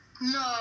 No